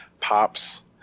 Pops